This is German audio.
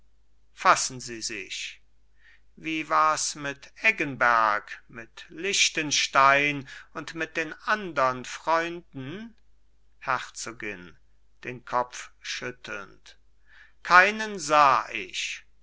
fassen sie sich wie wars mit eggenberg mit lichtenstein und mit den andern freunden herzogin den kopf schüttelnd keinen sah ich